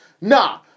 Nah